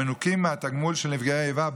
המנוכים מהתגמול של נפגעי איבה,